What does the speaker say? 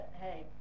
hey